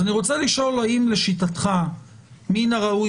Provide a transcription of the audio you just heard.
אז אני רוצה לשאול האם לשיטתך מן הראוי